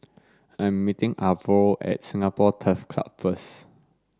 I'm meeting Arvo at Singapore Turf Club first